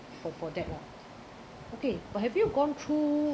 oh for for that [one] okay but have you gone through